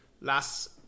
last